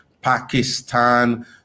Pakistan